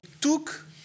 took